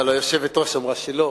אבל היושבת-ראש אמרה שלא,